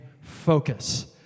focus